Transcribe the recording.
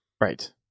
Right